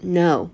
no